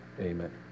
Amen